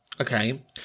Okay